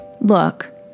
Look